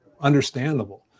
understandable